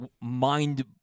Mind